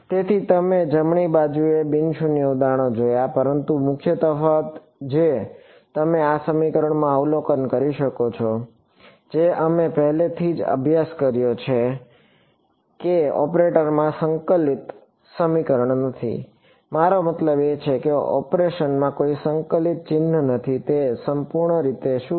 તેથી અમે જમણી બાજુએ બિન શૂન્યના ઉદાહરણો જોયા છે પરંતુ મુખ્ય તફાવત જે તમે આ સમીકરણમાં અવલોકન કરી શકો છો જે અમે પહેલાથી જ અભ્યાસ કર્યો છે તે એ છે કે ઑપરેટરમાં કોઈ સંકલિત સંકલન સમીકરણ નથી મારો મતલબ છે કે ઓપરેશનમાં કોઈ સંકલિત સંકલન ચિહ્ન નથી તે સંપૂર્ણ રીતે શું છે